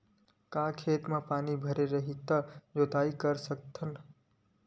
का खेत म पानी भरे रही त जोताई कर सकत हन?